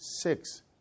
six